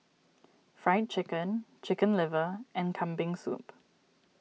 Fried Chicken Chicken Liver and Kambing Soup